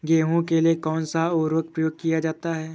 गेहूँ के लिए कौनसा उर्वरक प्रयोग किया जाता है?